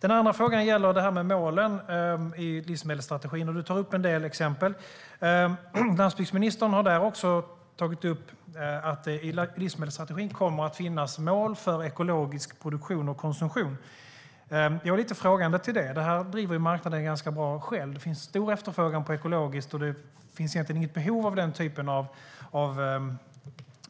Den andra frågan gäller målen i livsmedelsstrategin, där Marianne Pettersson tar upp en del exempel. Landsbygdsministern har också tagit upp att det i livsmedelsstrategin kommer att finnas mål för ekologisk produktion och konsumtion. Jag är lite frågande till det. Detta driver marknaden ganska bra själv. Det finns en stor efterfrågan på ekologiskt, och det finns egentligen inget behov av den typen av